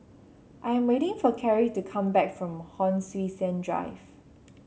I am waiting for Kerry to come back from Hon Sui Sen Drive